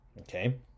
Okay